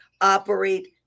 operate